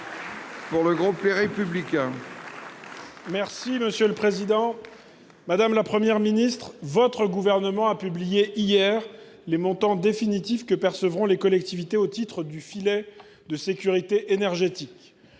Les Républicains. Madame la Première ministre, votre gouvernement a publié hier les montants définitifs que percevront les collectivités territoriales au titre du filet de sécurité énergétique.